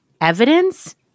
evidence